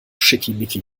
schickimicki